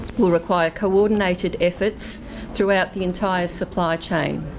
will require coordinated efforts throughout the entire supply chain,